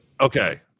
Okay